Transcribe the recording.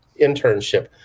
internship